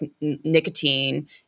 nicotine